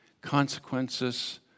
consequences